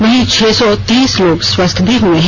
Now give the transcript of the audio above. वहीं छह सौ ं तीस लोग स्वस्थ भी हुए हैं